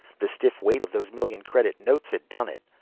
the stiff weight of those million-credit notes had done it.